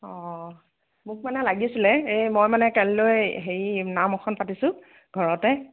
অঁ মোক মানে লাগিছিলে এই মই মানে কালিলৈ হেৰি নাম এখন পাতিছোঁ ঘৰতে